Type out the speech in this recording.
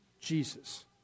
Jesus